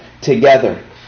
together